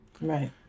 Right